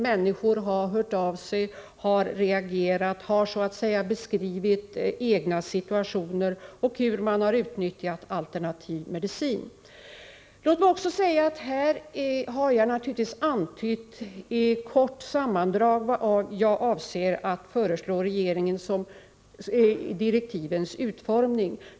Människor har hört av sig, de har reagerat, de har beskrivit egna situationer och utnyttjandet av alternativ medicin. Låt mig också säga att jag här naturligtvis bara i kort sammandrag har antytt vilken utformning av direktiven som jag avser att föreslå regeringen.